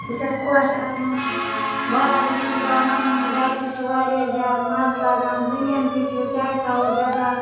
بہٕ چھَس خۄش اَتھ منٛز بازرٕ چھُنہٕ پٮ۪وان اَنُن گَرِکِس چھُ واریاہ زیادٕ مَزٕ لَگان زٔمیٖن تہِ چھُ کیٛازِ تھاوَو بیکار